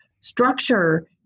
structure